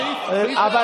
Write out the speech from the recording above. הבנתי.